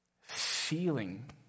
feeling